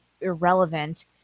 irrelevant